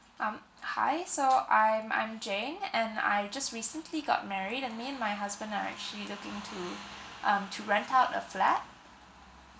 um hi so I'm I'm jane and I just recently got married and me and my husband are actually looking to um to rent out a flat